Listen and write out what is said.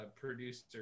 producer